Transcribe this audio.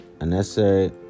unnecessary